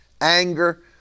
anger